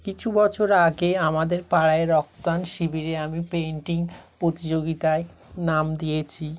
কিছু বছর আগে আমাদের পাড়ায় রক্তদান শিবিরে আমি পেন্টিং প্রতিযোগিতায় নাম দিয়েছি